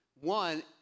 one